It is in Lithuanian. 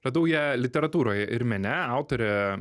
radau ją literatūroj ir mene autorė